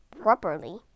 properly